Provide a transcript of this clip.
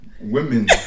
women